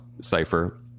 cipher